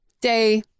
day